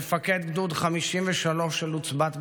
מפקד גדוד 53 של עוצבת ברק,